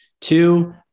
two